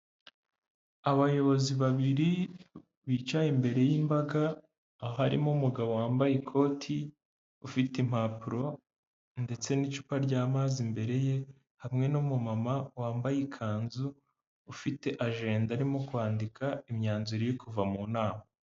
Abayobozi babiri, bicaye imbere y'imbaga, aho harimo umugabo wambaye ikoti ufite impapuro ndetse n'icupa ry'amazi imbere ye, hamwe n'umumama wambaye ikanzu, ufite ajenda arimo kwandika imyanzuro iri kuva mu nama.